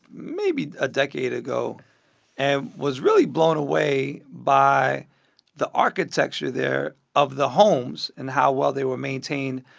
maybe a decade ago and was really blown away by the architecture there of the homes and how well they were maintained.